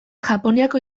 japoniako